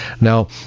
Now